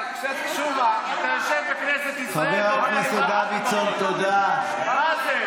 אתה יושב בכנסת ישראל ואומר, מה זה?